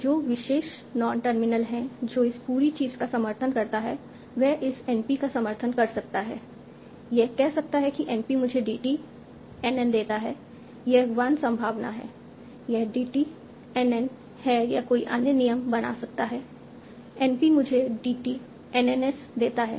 तो जो विशेष नॉन टर्मिनल है जो इस पूरी चीज़ का समर्थन करता है वह इस NP का समर्थन कर सकता है यह कह सकता है कि NP मुझे DT NN देता है यह 1 संभावना है यह DT NN है या कोई अन्य नियम बना सकता है NP मुझे DT NNS देता है